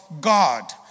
God